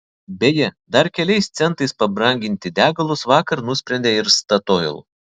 beje dar keliais centais pabranginti degalus vakar nusprendė ir statoil